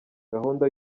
gahunda